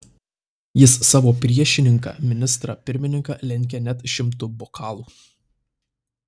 jis savo priešininką ministrą pirmininką lenkia net šimtu bokalų